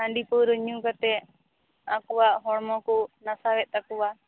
ᱦᱟᱺᱰᱤ ᱯᱟᱹᱣᱨᱟᱹ ᱧᱩ ᱠᱟᱛᱮᱫ ᱟᱠᱚᱣᱟᱜ ᱦᱚᱲᱢᱚ ᱠᱚ ᱱᱟᱥᱟᱣᱮᱫ ᱛᱟᱠᱚᱣᱟ